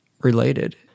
related